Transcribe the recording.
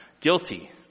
guilty